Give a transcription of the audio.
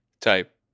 type